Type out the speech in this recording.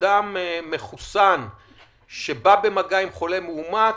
אדם מחוסן שבא במגע עם חולה מאומת,